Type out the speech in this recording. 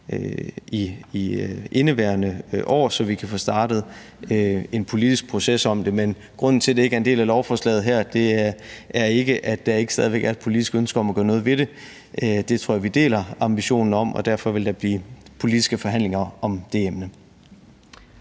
i indeværende år, så vi kan få startet en politisk proces om det. Men grunden til, at det ikke er en del af forslaget her, er ikke, at der ikke stadig væk er et politisk ønske om at gøre noget ved det – det tror jeg vi deler ambitionen om, og derfor vil der blive politiske forhandlinger om det emne.